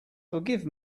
forgive